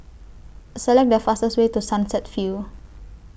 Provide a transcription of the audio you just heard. Select The fastest Way to Sunset View